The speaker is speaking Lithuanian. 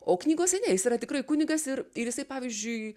o knygose ne jis yra tikrai kunigas ir ir jisai pavyzdžiui